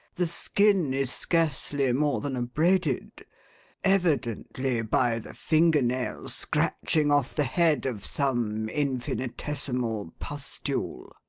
the skin is scarcely more than abraded evidently by the finger nail scratching off the head of some infinitesimal pustule.